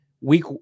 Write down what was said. week